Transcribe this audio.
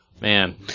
Man